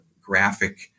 graphic